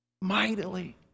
mightily